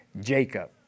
Jacob